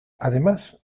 además